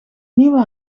nieuwe